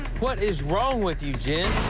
what is wrong with you, jen?